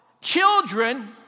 Children